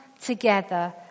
together